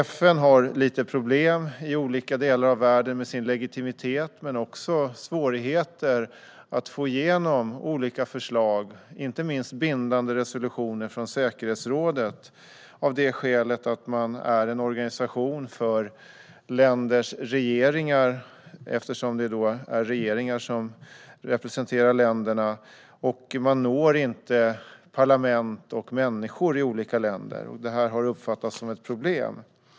FN har lite problem med sin legitimitet i olika delar av världen men också svårigheter att få igenom olika förslag, inte minst bindande resolutioner från säkerhetsrådet. Det beror på att FN är en organisation för länders regeringar, eftersom det är regeringar som representerar länderna. Man når inte parlament och människor i olika länder. Och det har uppfattats som ett problem.